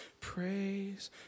praise